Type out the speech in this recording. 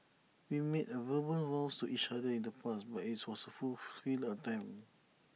we made A verbal vows to each other in the past but IT was A full futile attempt